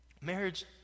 Marriage